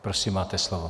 Prosím, máte slovo.